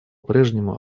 прежнему